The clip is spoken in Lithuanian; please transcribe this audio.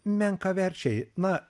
menkaverčiai na